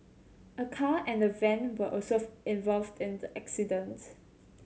a car and a van were also involved in the accident